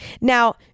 Now